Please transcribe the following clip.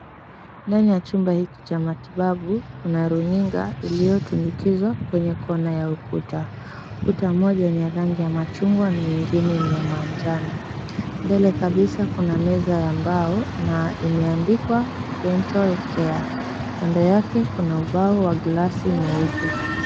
Ndani ya chumba hiki cha matibabu kuna runinga iliyotunukizwa kwenye Kona ya ukuta , ukuta moja ina rangi ya machungwa na ingine ni ya manjano mbele kabisa, kuna meza ya mbao na imeandikwa Dental Care kando yake kuna ubao wa glasi mweupe.